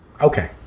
Okay